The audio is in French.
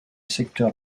secteur